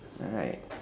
alright